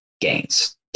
gains